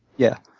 yeah.